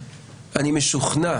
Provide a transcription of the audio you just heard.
אני משוכנע